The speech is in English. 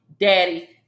daddy